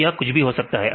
तो या कुछ भी हो सकता है